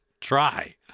Try